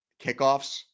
kickoffs